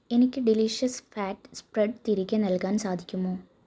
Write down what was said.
എനിക്ക് delicious fat spread തിരികെ നൽകാൻ സാധിക്കുമോ